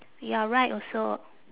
you are right also